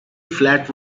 flat